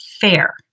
fair